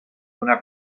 donar